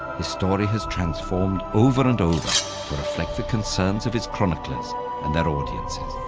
his story has transformed over and reflect the concerns of his chroniclers and their audiences.